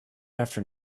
after